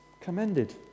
commended